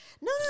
no